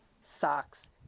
socks